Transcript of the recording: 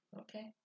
Okay